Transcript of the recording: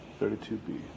32B